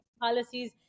policies